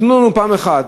תנו לנו פעם אחת,